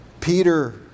Peter